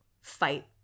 fight